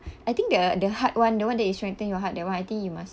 I think the the heart [one] the one that it strengthen your heart that one I think you must